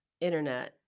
Internet